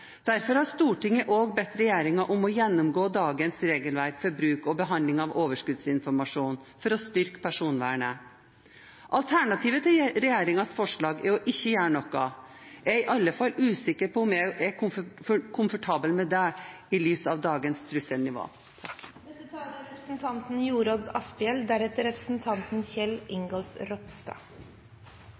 Derfor har Stortinget også bedt regjeringen om å gjennomgå dagens regelverk for bruk og behandling av overskuddsinformasjon for å styrke personvernet. Alternativet til regjeringens forslag er å ikke gjøre noe. Jeg er i alle fall usikker på om jeg er komfortabel med det i lys av dagens trusselnivå.